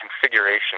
configuration